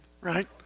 right